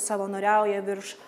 savanoriauja virš